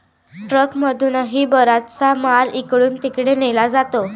ट्रकमधूनही बराचसा माल इकडून तिकडे नेला जातो